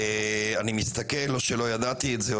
אני מסתכל לא שלא ידעתי את זה,